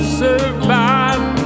survive